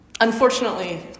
Unfortunately